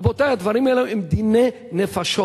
רבותי, הדברים האלה הם דיני נפשות.